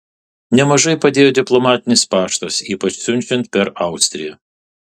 nemažai padėjo diplomatinis paštas ypač siunčiant per austriją